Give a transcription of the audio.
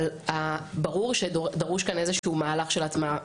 אבל ברור שדרוש כאן איזשהו מהלך של הטמעה.